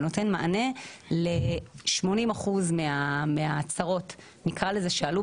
זה נותן מענה ל-80% מהצרות כך נקרא לזה שעלו